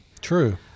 True